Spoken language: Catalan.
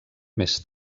més